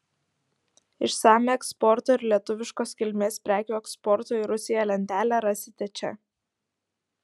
išsamią eksporto ir lietuviškos kilmės prekių eksporto į rusiją lentelę rasite čia